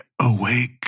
awake